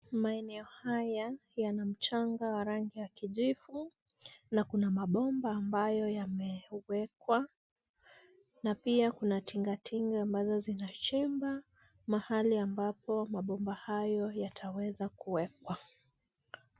Maeneo haya, yana mchanga wa rangi ya kijivu. Na kuna mabomba ambayo yamewekwa. Na pia kuna tingatinga ambazo zinachimba, mahali ambapo mabomba hayo yataweza kuwekwa.